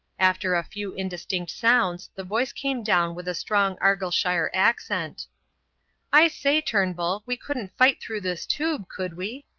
after a few indistinct sounds the voice came down with a strong argyllshire accent i say, turnbull, we couldn't fight through this tube, could we?